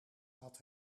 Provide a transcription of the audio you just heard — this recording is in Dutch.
had